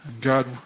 God